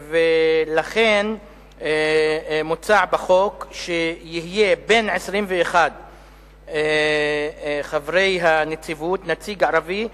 לכן מוצע בהצעת החוק שיהיה בין 21 חברי הנציגות נציג ערבי,